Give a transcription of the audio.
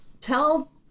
tell